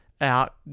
out